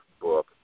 book